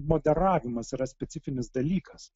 moderavimas yra specifinis dalykas